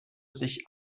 sich